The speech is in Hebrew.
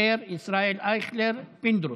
יעקב אשר, ישראל אייכלר ויצחק פינדרוס.